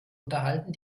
unterhalten